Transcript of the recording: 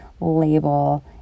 label